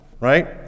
Right